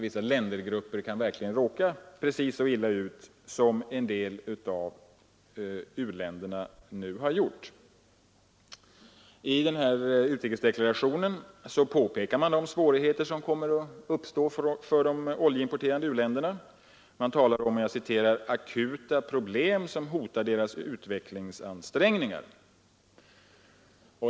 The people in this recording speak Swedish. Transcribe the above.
I utrikesdeklarationen påpekar man de svårigheter som kommer att uppstå för de oljeimporterande u-länderna. Man talar om ”akuta problem som hotar deras utvecklingsansträngningar”.